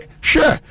Sure